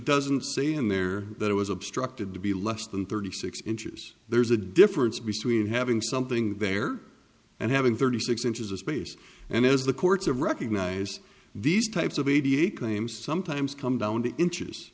doesn't say in there that it was obstructed to be less than thirty six inches there's a difference between having something there and having thirty six inches of space and as the courts of recognize these types of mediate claims sometimes come down to inches